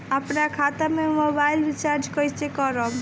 अपने खाता से मोबाइल रिचार्ज कैसे करब?